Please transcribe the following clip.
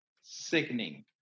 sickening